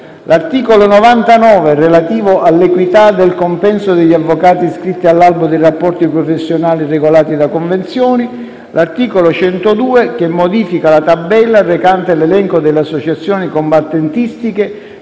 l'articolo 99, relativo all'equità del compenso degli avvocati iscritti all'albo dei rapporti professionali regolati da convenzioni; l'articolo 102, che modifica la tabella recante l'elenco delle associazioni combattentistiche